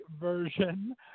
version